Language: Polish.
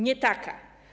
Nie taka.